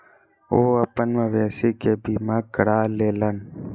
ओ अपन मवेशी के बीमा करा लेलैन